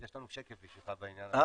יש לנו שקף בשבילך בעניין הזה.